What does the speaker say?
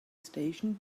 station